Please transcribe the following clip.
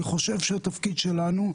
אני חושב שהתפקיד שלנו,